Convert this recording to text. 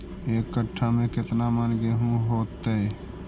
एक कट्ठा में केतना मन गेहूं होतै?